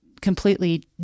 completely